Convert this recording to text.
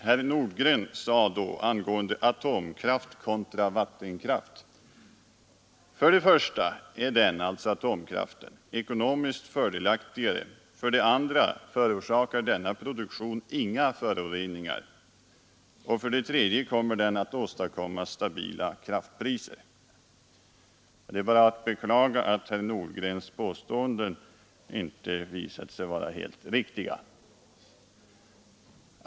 Herr Nordgren sade angående atomkraft contra vattenkraft: ”För det första är den” — atomkraften — ”ekonomiskt fördelaktigare, för det andra förorsakar denna produktion inga föroreningar och för det tredje kommer den att åstadkomma stabilare kraftpriser.” Det är bara att beklaga att herr Nordgrens påståenden inte visat sig vara helt riktiga.